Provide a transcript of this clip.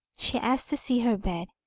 she asked to see her bed,